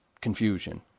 confusion